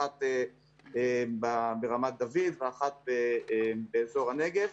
אחת ברמת דוד והשנייה באזור הנגב.